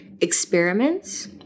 experiments